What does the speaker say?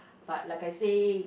but like I say